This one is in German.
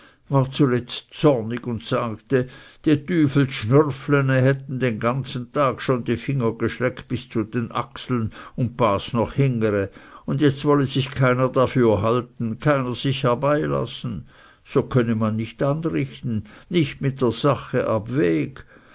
war zuletzt zornig und sagte die tüfels schnürfline hätten den ganzen tag schon die finger geschleckt bis zu den achseln und noch bas hingere und jetzt wollte sich keiner dafür halten keiner sich herbeilassen so könne man nicht anrichten nicht mit der sache ab